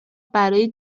برای